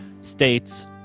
states